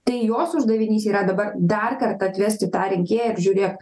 tai jos uždavinys yra dabar dar kartą atvesti tą rinkėją ir žiūrėk